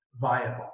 viable